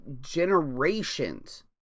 generations